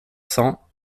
cents